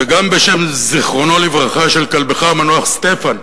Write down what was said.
וגם בשם, זיכרונו לברכה, כלבך המנוח סטפן,